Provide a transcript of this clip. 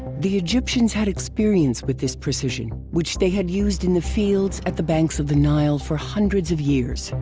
the egyptians had experience with this precision which they had used in the fields at the banks of the nile for hundreds of years.